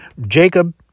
Jacob